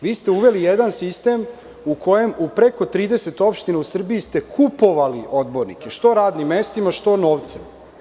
Vi ste uveli jedan sistem u kojem u preko 30 opština u Srbiji ste kupovali odbornike, što radnim mestima, što novcem.